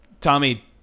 Tommy